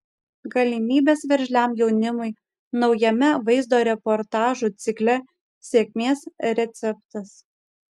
galimybės veržliam jaunimui naujame vaizdo reportažų cikle sėkmės receptas